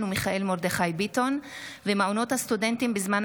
ומיכאל מרדכי ביטון בנושא: הקמת גוף מתכלל עבור סטודנטים בשירות